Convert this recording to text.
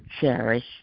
cherish